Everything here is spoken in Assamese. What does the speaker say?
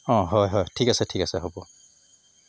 অঁ হয় হয় ঠিক আছে ঠিক আছে হ'ব